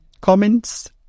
comments